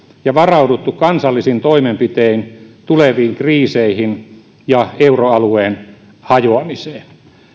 ja varauduttu kansallisin toimenpitein tuleviin kriiseihin ja euroalueen hajoamiseen